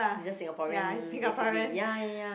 he just Singaporean basically ya ya ya